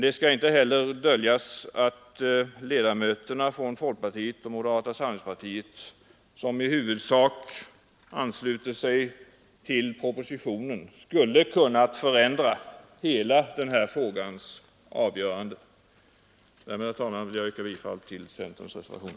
Det skall inte heller döljas att ledamöterna från folkpartiet och moderata samlingspartiet, som i huvudsak ansluter sig till propositionens förslag, skulle ha kunnat förändra hela den här frågans avgörande. Därmed, herr talman, yrkar jag bifall till centerns reservation.